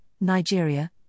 Nigeria